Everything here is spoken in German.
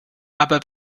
aber